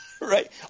Right